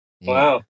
Wow